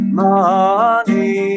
money